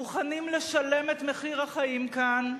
מוכנים לשלם את מחיר החיים כאן,